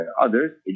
others